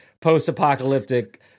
post-apocalyptic